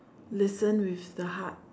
listen with the heart